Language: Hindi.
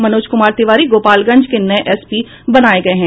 मनोज कुमार तिवारी गोपालगंज के नये एसपी बनाये गये है